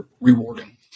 rewarding